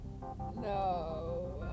No